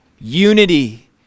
unity